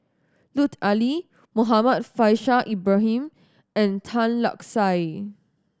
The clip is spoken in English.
Lut Ali Muhammad Faishal Ibrahim and Tan Lark Sye